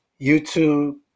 YouTube